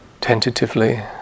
tentatively